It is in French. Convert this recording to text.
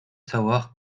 savoir